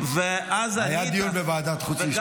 גם היה דיון בוועדת חוץ וביטחון.